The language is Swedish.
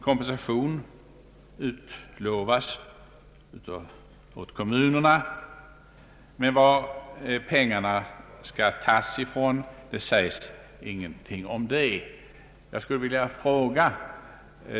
Kompensation utlovas åt kommunerna för skattebortfallet, men varifrån pengarna skall tas säges det ingenting om.